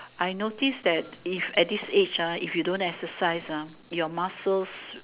I notice that if at this age ah if you don't exercise ah your muscles